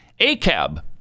ACAB